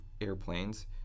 airplanes